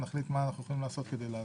נחליט מה אנחנו יכולים לעשות כדי לעזור.